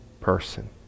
person